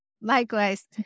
Likewise